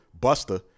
Buster